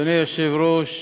אדוני היושב-ראש,